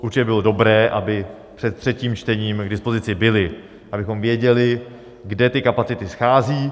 Určitě by bylo dobré, aby před třetím čtením k dispozici byly, abychom věděli, kde ty kapacity scházejí.